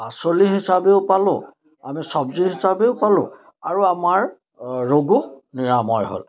পাচলি হিচাপেও পালোঁ আমি চব্জি হিচাপেও পালোঁ আৰু আমাৰ আ ৰোগো নিৰাময় হ'ল